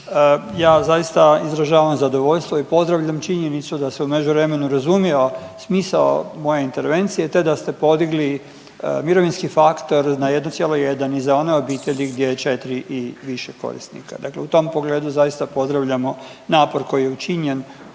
ja zaista izražavam zadovoljstvo i pozdravljam činjenicu da se u međuvremenu razumijeva smisao moje intervencije, te da ste podigli mirovinski faktor na 1,1 i za one obitelji gdje je 4 i više korisnika. Dakle, u tom pogledu zaista pozdravljamo napor koji je učinjen